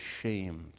ashamed